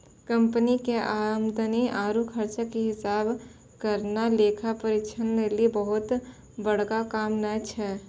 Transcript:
company के आमदनी आरु खर्चा के हिसाब करना लेखा परीक्षक लेली बहुते बड़का काम नै छै